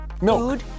milk